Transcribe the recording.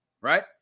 right